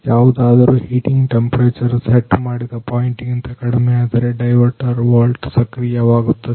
ಯಾವುದಾದರೂ heating temperature set ಮಾಡಿದ point ಗಿಂತ ಕಡಿಮೆಯಾದರೆ ಡೈವರ್ಟ್ ರ್ ವಾಲ್ವ್ ಸಕ್ರಿಯ ವಾಗುತ್ತದೆ